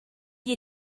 you